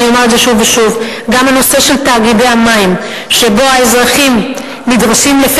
ואני אומר את זה שוב ושוב: גם הנושא של תאגידי המים,